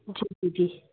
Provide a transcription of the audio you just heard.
जी जी